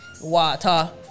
Water